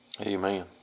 Amen